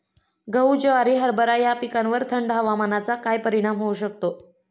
गहू, ज्वारी, हरभरा या पिकांवर थंड हवामानाचा काय परिणाम होऊ शकतो?